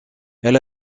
elle